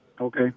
Okay